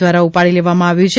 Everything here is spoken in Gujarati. દ્વારા ઉપાડી લેવામાં આવ્યુ છે